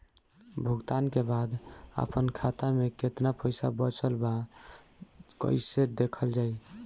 भुगतान के बाद आपन खाता में केतना पैसा बचल ब कइसे देखल जाइ?